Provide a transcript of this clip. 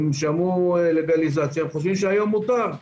הם שמעו לגליזציה וחושבים שהיום מותר.